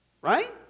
right